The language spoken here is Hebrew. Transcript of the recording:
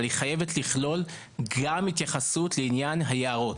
אבל היא חייבת לכלול גם התייחסות לעניין היערות.